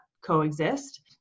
coexist